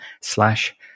slash